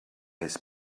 his